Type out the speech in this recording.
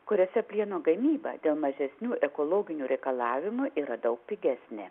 kuriose plieno gamyba dėl mažesnių ekologinių reikalavimų yra daug pigesnė